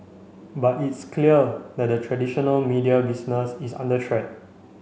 but it's clear that the traditional media business is under threat